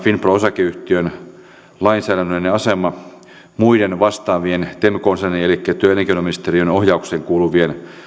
finpro osakeyhtiön lainsäädännöllinen asema muiden vastaavien tem konserniin elikkä työ ja elinkeinoministeriön ohjaukseen kuuluvien